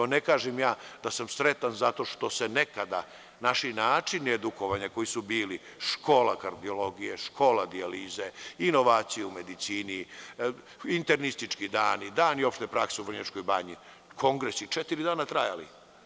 Ne kažem da sam sretan zato što se nekada naši načini edukovanja koji su bili škola kardiologije, škola dijalize, inovacije u medicini, internistički dani, dani opšte prakse u Vrnjačkoj banji, kongresi, četiri dana su trajali.